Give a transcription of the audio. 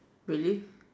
really